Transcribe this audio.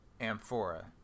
Amphora